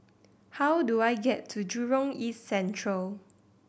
how do I get to Jurong East Central